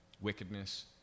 Wickedness